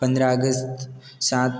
पंद्रह अगस्त सात